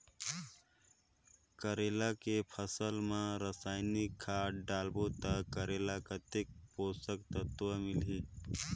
करेला के फसल मा रसायनिक खाद डालबो ता करेला कतेक पोषक तत्व मिलही?